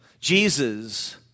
Jesus